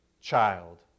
child